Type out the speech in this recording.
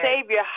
Savior